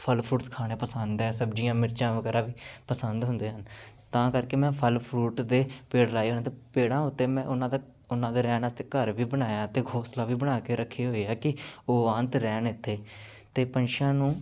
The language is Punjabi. ਫਲ ਫਰੂਟਸ ਖਾਣੇ ਪਸੰਦ ਹੈ ਸਬਜੀਆਂ ਮਿਰਚਾਂ ਵਗੈਰਾ ਵੀ ਪਸੰਦ ਹੁੰਦੇ ਹਨ ਤਾਂ ਕਰਕੇ ਮੈਂ ਫਲ ਫਰੂਟ ਦੇ ਪੇੜ ਲਗਾਏ ਹਨ ਅਤੇ ਪੇੜਾਂ ਉੱਤੇ ਮੈਂ ਉਹਨਾਂ ਦਾ ਉਹਨਾਂ ਦੇ ਰਹਿਣ ਵਾਸਤੇ ਘਰ ਵੀ ਬਣਾਇਆ ਅਤੇ ਘੋਸਲਾ ਵੀ ਬਣਾ ਕੇ ਰੱਖੇ ਹੋਏ ਆ ਕਿ ਉਹ ਆਉਣ ਅਤੇ ਰਹਿਣ ਇੱਥੇ ਅਤੇ ਪੰਛੀਆਂ ਨੂੰ